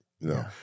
no